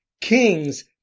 Kings